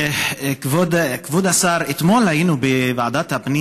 כבוד השר, אתמול היינו בוועדת הפנים.